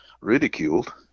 ridiculed